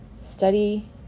study